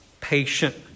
patient